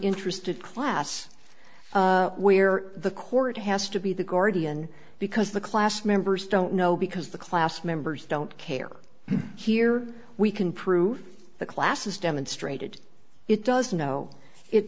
interested class where the court has to be the guardian because the class members don't know because the class members don't care here we can prove the class has demonstrated it doesn't know it